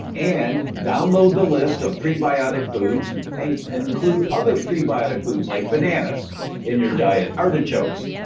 and download the list of prebiotic foods and and includes other prebiotic foods like bananas in your diet, artichokes,